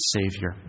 savior